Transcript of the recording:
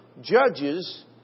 judges